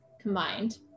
combined